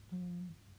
mm